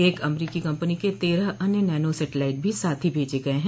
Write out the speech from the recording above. एक अमरीकी कंपनी के तेरह अन्य नैनो सैटेलाइट भी साथ ही भेजे गए हैं